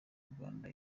rwanda